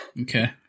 okay